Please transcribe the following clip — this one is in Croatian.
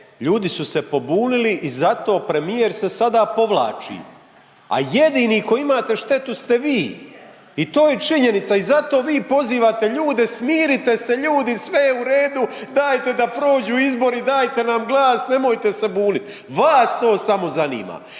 ljudi su se pobunili i zato premijer se sada povlači, a jedini koji imate štetu ste vi i to je činjenica i zato vi pozivate ljude smirite se ljudi, sve je u redu, dajte da prođu izbori, dajte nam glas, nemojte se bunit. Vas to samo zanima.